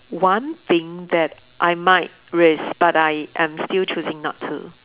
one thing that I might risk but I am still choosing not to